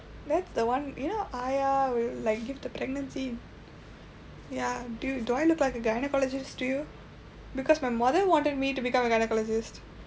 that's the one you know !aiya! will like give the pregnancy ya dude do I look like a gynaecologist to you because my mother wanted me to become a gynaecologist